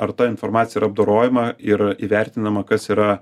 ar ta informacija apdorojama ir įvertinama kas yra